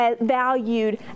valued